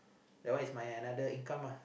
that one is my another income ah